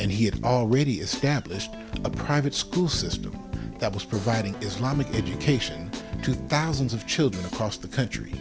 and he had already established a private school system that was providing islamic education to thousands of children across the country